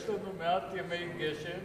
יש לנו מעט ימי גשם